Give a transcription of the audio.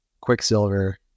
quicksilver